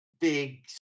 Big